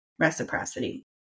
reciprocity